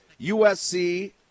USC